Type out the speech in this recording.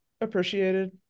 appreciated